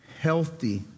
healthy